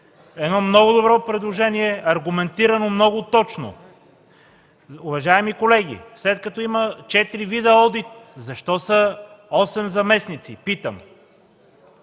едно много добро предложение, аргументирано много точно. Уважаеми колеги, след като има четири вида одит, защо са 8 заместници, питам?